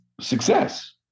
success